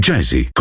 Jazzy